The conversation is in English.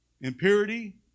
impurity